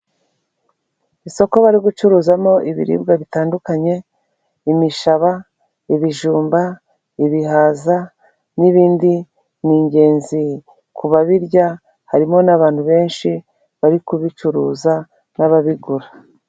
Isoko bari gucuruzamo ibiribwa bitandukanye, imishaba, ibijumba, ibihaza, n'ibindi ni ingenzi ku babirya, harimo n'abantu benshi bari kubicuruza n'ababigura.